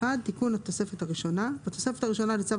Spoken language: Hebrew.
תיקון התוספת הראשונה 1. בתוספת הראשונה לצו